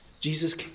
Jesus